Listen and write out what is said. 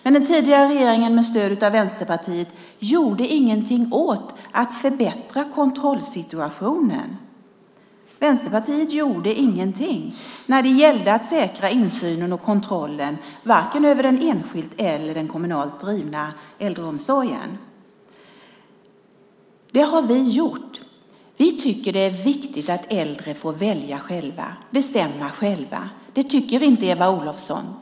Men den tidigare regeringen med stöd av Vänsterpartiet gjorde ingenting åt att förbättra kontrollsituationen. Vänsterpartiet gjorde ingenting när det gällde att säkra insynen och kontrollen över vare sig den enskilt eller den kommunalt drivna äldreomsorgen. Men det har vi gjort. Vi tycker att det är viktigt att äldre får välja och bestämma själva. Det tycker inte Eva Olofsson.